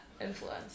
influence